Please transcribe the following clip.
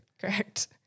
Correct